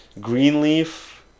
Greenleaf